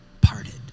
parted